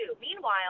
Meanwhile